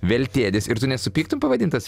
veltėdis ir tu nesupyktum pavadintas